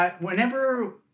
whenever